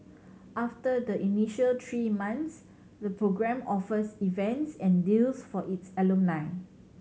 after the initial three months the program offers events and deals for its alumni